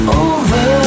over